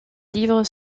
livres